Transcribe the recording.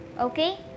Okay